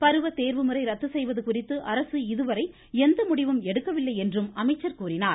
பருவத் தேர்வுமுறை ரத்து செய்வது குறித்து அரசு இதுவரை எந்த முடிவும் எடுக்கவில்லை என்றும் கூறினார்